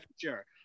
sure